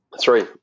Three